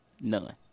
None